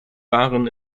waren